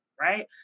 Right